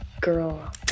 girl